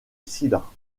cidre